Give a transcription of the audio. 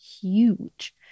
huge